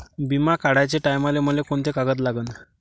बिमा काढाचे टायमाले मले कोंते कागद लागन?